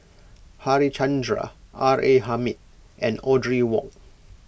Harichandra R A Hamid and Audrey Wong